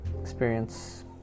experience